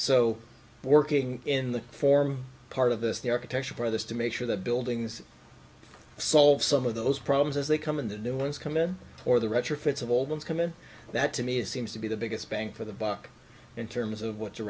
so working in the form part of this the architecture for this to make sure the buildings solve some of those problems as they come in the new ones come in or the retrofits of all those come in that to me it seems to be the biggest bang for the buck in terms of what t